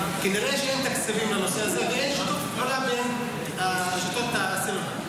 כנראה שאין תקציבים לנושא הזה ואין שיתוף פעולה בין שיטות הסלולר.